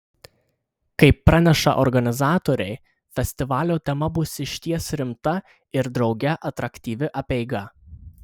kaip praneša organizatoriai festivalio tema bus išties rimta ir drauge atraktyvi apeiga